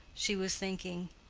she was thinking,